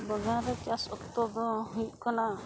ᱵᱟᱜᱟᱱ ᱨᱮ ᱪᱟᱥ ᱚᱠᱛᱚ ᱫᱚ ᱦᱩᱭᱩᱜ ᱠᱟᱱᱟ